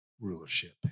rulership